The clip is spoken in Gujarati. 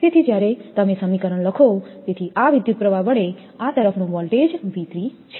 તેથી જ્યારે તમે સમીકરણ લખો તેથી આ વિદ્યુતપ્રવાહ વડે આ તરફનો વોલ્ટેજ છે